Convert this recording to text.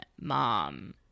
mom